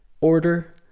order